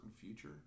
future